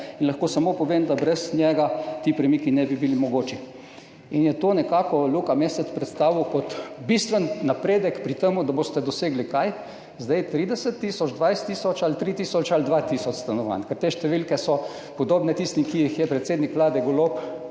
in lahko samo pove, da brez njega ti premiki ne bi bili mogoči. In to je nekako Luka Mesec predstavil kot bistven napredek pri tem, da boste dosegli 30 tisoč, 20 tisoč ali dva, tri tisoč stanovanj. Koliko stanovanj? Ker so te številke podobne tistim, ki jih je predsednik Vlade, Golob,